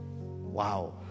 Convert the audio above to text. Wow